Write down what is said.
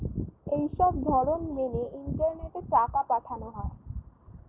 এই সবধরণ মেনে ইন্টারনেটে টাকা পাঠানো হয়